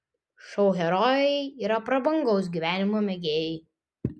šou herojai yra prabangaus gyvenimo mėgėjai